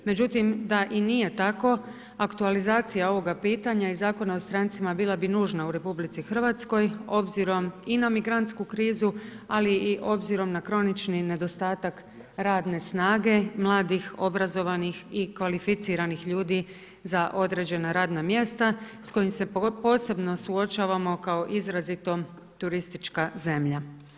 Međutim, da i nije tako aktualizacija ovoga pitanja i Zakona o strancima bila bi nužna u RH obzirom i na migrantsku krizu ali i obzirom na kronični nedostatak radne snage mladih, obrazovanih i kvalificiranih ljudi za određena radna mjesta s kojim se posebno suočavamo kao izrazito turistička zemlja.